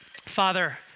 Father